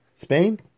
Spain